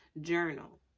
Journal